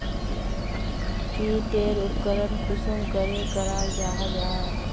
की टेर उपकरण कुंसम करे कराल जाहा जाहा?